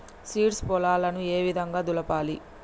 Seeds పొలాలను ఏ విధంగా దులపాలి?